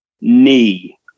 Knee